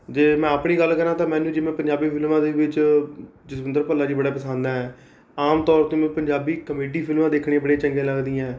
ਜੇ ਮੈਂ ਆਪਣੀ ਗੱਲ ਕਰਾਂ ਤਾਂ ਮੈਨੂੰ ਜਿਵੇਂ ਪੰਜਾਬੀ ਫਿਲਮਾਂ ਦੇ ਵਿੱਚ ਜਸਵਿੰਦਰ ਭੱਲਾ ਜੀ ਬੜਾ ਪਸੰਦ ਹੈ ਆਮ ਤੌਰ 'ਤੇ ਮੈਂ ਪੰਜਾਬੀ ਕਮੇਡੀ ਫਿਲਮਾਂ ਦੇਖਣੀਆਂ ਬੜੀਆਂ ਚੰਗੀਆਂ ਲੱਗਦੀਆਂ